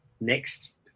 Next